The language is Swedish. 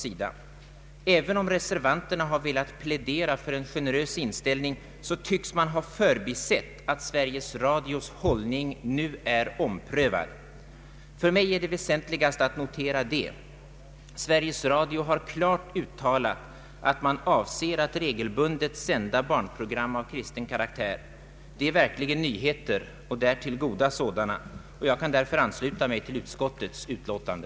Även om reservanterna har velat plädera för en generös inställning, tycks de ha förbisett att Sveriges Radios hållning nu är omprövad. För mig är det väsentligaste att notera att Sveriges Radio klart har uttalat att man avser att regelbundet sända barnprogram av kristen karaktär. Detta är verkligen nyheter — och därtill goda sådana. Jag kan därför ansluta mig till utskottets utlåtande.